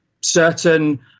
certain